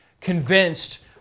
convinced